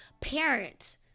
parent